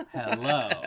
Hello